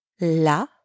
la